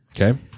Okay